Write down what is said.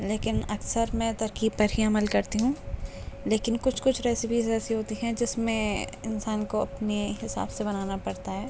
لیکن اکثر میں ترکیب پر ہی عمل کرتی ہوں لیکن کچھ کچھ ریسیپیز ایسی ہوتی ہیں جس میں انسان کو اپنے حساب سے بنانا پڑتا ہے